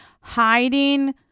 hiding